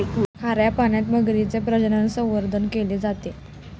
खाऱ्या पाण्यात मगरीचे प्रजनन, संवर्धन केले जाते